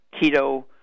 keto